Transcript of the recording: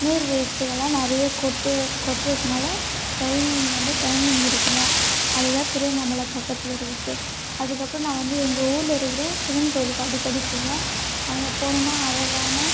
நீர்வீழ்ச்சிகள் எல்லாம் நிறையா கொட்டு கொட்டுறதுனால டைமிங் வந்து டைமிங் இருக்கணும் அது தான் திருவண்ணாமலை பக்கத்தில் இருக்குது அதுக்கப்புறம் நான் வந்து எங்கள் ஊரில் இருக்கிற சிவன் கோயிலுக்கு அடிக்கடி போவேன் அங்கே போகணுன்னா அழகான